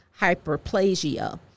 hyperplasia